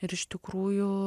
ir iš tikrųjų